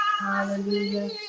Hallelujah